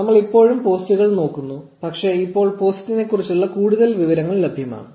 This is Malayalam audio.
നമ്മൾ ഇപ്പോഴും പോസ്റ്റുകൾ നോക്കുന്നു പക്ഷേ ഇപ്പോൾ പോസ്റ്റിനെക്കുറിച്ചുള്ള കൂടുതൽ വിവരങ്ങൾ ലഭ്യമാണ്